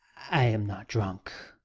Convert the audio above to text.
i am not drunk.